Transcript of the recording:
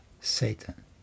Satan